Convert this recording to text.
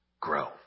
grow